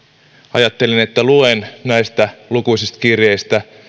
ajattelin että luen näistä lukuisista kirjeistä